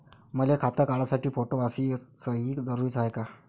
मले खातं काढासाठी फोटो अस सयी जरुरीची हाय का?